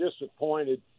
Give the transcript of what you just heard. disappointed